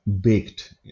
baked